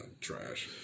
trash